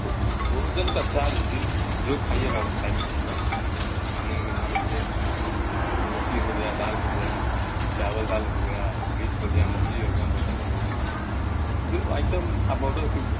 देखिए भोजन का चार्ज जो जो खाइएगा उस टाइप से होगा खाने में मान लीजिए रोटी हो गया दाल हो गया चावल दाल हो गया मीट हो गया मछली हो गया मटन हो गया जो आइटम आप आर्डर कीजिए